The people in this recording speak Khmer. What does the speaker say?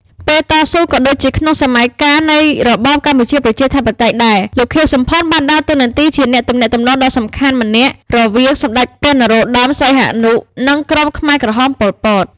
ពេលតស៊ូ ក៏ដូចជាក្នុងសម័យកាលនៃរបបកម្ពុជាប្រជាធិបតេយ្យដែរ លោក ខៀវ សំផន បានដើរតួនាទីជាអ្នកទំនាក់ទំនងដ៏សំខាន់ម្នាក់រវាងសម្តេចព្រះ នរោត្តម សីហនុ និងក្រុមខ្មែរក្រហម ប៉ុល ពត ។